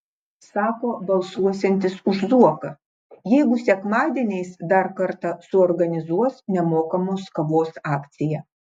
sako balsuosiantis už zuoką jeigu sekmadieniais dar kartą suorganizuos nemokamos kavos akciją